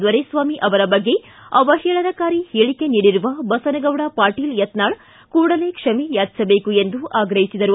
ದೊರೆಸ್ವಾಮಿ ಅವರ ಬಗ್ಗೆ ಅವಹೇಳನಕಾರಿ ಹೇಳಿಕೆ ನೀಡಿರುವ ಬಸನಗೌಡ ಪಾಟೀಲ್ ಯತ್ನಾಳ ಕೂಡಲೇ ಕ್ಷಮೆ ಯಾಚಿಸಲೇಬೇಕು ಎಂದು ಆಗ್ರಹಿಸಿದರು